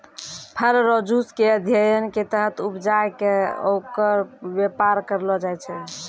फल रो जुस के अध्ययन के तहत उपजाय कै ओकर वेपार करलो जाय छै